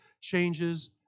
changes